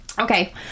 Okay